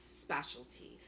specialty